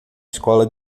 escola